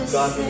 God